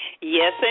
Yes